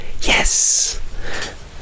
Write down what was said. yes